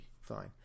fine